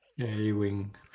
A-wing